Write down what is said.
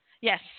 Yes